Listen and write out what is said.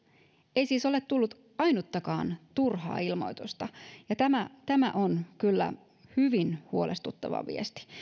ei siis ole tullut ainuttakaan turhaa ilmoitusta tämä tämä on kyllä hyvin huolestuttava viesti